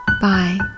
Bye